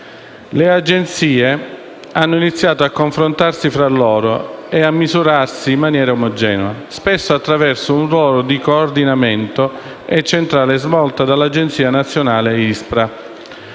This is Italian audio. Le Agenzie hanno iniziato a confrontarsi fra loro e a misurarsi omogeneamente, spesso attraverso un ruolo di coordinamento centrale svolto dall'agenzia nazionale ISPRA,